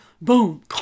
boom